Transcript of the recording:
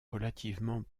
relativement